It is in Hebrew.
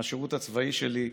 מהשירות הצבאי שלי,